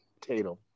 Tatum